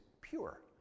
pure